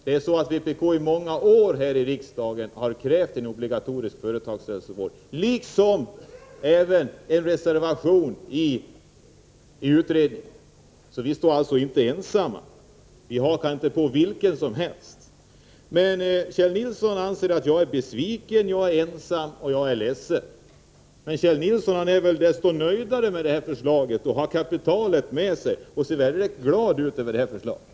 Vi har i många år här i riksdagen krävt en obligatorisk företagshälsovård liksom i en reservation i utredningen. Vi står alltså inte ensamma. Vi hakar inte på vem som helst. Kjell Nilsson anser att jag är besviken, ensam och ledsen. Men Kjell Nilsson är väl desto nöjdare med detta förslag. Han har kapitalet med sig, och han ser mycket glad ut över förslaget.